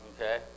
okay